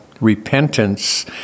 repentance